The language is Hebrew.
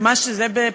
שזה מה,